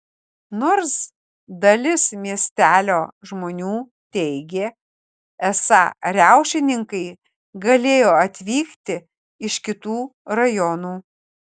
nors dalis miestelio žmonių teigė esą riaušininkai galėjo atvykti iš kitų rajonų